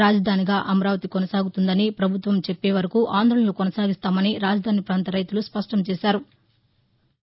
రాజధానిగా అమరావతి కొనసాగుతుందని ప్రభుత్వం చెప్పే వరకు ఆందోళనలు కొనసాగిస్తామని రాజధాని ప్రాంత రైతులు స్పష్ణం చేశారు